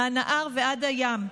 מהנהר ועד הים.